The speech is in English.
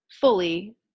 fully